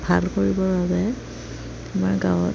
ভাল কৰিবৰ বাবে আমাৰ গাঁৱত